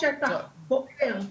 השטח בוער,